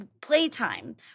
playtime